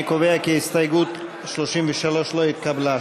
אני קובע כי הסתייגות 33 לא התקבלה.